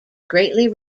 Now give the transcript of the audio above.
greatly